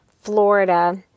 Florida